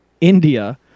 India